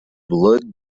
blood